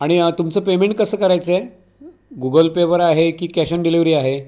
आणि तुमचं पेमेंट कसं करायचं आहे गुगलपे वर आहे की कॅश ऑन डिलीवरी आहे